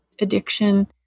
addiction